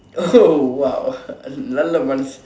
oh !wow! நல்ல மனசு:nalla manasu